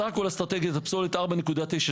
סך הכול אסטרטגיה זה פסולת 4.97,